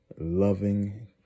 loving